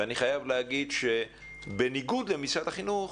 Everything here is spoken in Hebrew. אני חייב להגיד, שבניגוד למשרד החינוך,